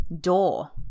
door